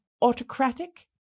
autocratic